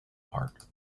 part